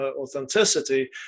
authenticity